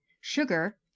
sugar